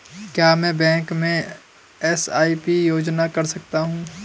क्या मैं बैंक में एस.आई.पी योजना कर सकता हूँ?